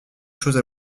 chose